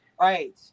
Right